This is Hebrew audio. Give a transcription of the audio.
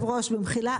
אדוני היושב-ראש, במחילה